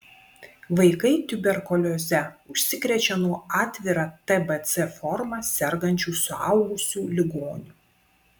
vaikai tuberkulioze užsikrečia nuo atvira tbc forma sergančių suaugusių ligonių